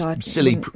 Silly